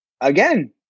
Again